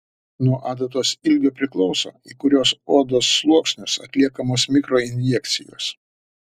nuo adatos ilgio priklauso į kuriuos odos sluoksnius atliekamos mikroinjekcijos